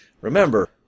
Remember